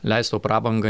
leist sau prabangą